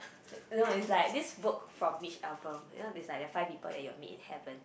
you know it's like this book from Mitch-Album you know there's like the five people that you meet in heaven